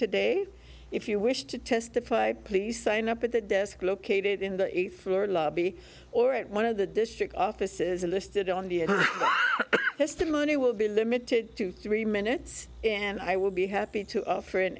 today if you wish to testify please sign up at the desk located in the eighth floor lobby or at one of the district offices listed on the list of money will be limited to three minutes and i will be happy to offer an